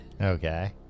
Okay